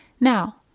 Now